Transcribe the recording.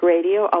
Radio